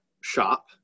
shop